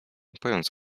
pojąc